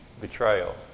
betrayal